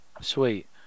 Sweet